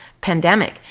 pandemic